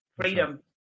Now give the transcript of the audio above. Freedom